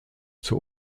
zur